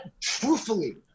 truthfully